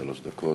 שלוש דקות.